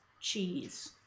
cheese